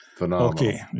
okay